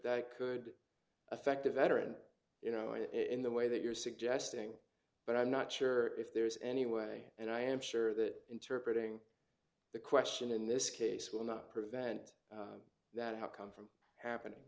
that could affect a veteran you know it in the way that you're suggesting but i'm not sure if there is any way and i am sure that interpretating the question in this case will not prevent that how come from happening